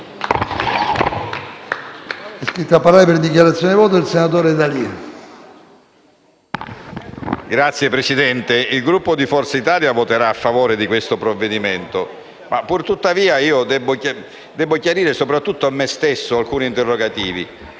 Signor Presidente, il Gruppo di Forza Italia voterà a favore di questo provvedimento. Purtuttavia io vorrei chiarire, soprattutto a me stesso, alcuni interrogativi: